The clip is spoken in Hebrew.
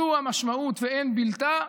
זו המשמעות ואין בלתה: